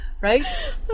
right